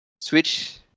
Switch